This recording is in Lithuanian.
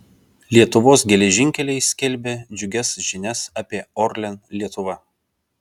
lietuvos geležinkeliai skelbia džiugias žinias apie orlen lietuva